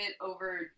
over